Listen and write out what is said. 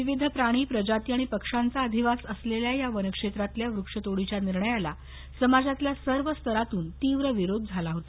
विविध प्राणी प्रजाती आणि पक्ष्यांचा अधिवास असलेल्या या वनक्षेत्रातल्या वृक्ष तोडीच्या निर्णयाला समाजातील सर्व स्तरातून तीव्रविरोध करण्यात आला होता